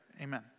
Amen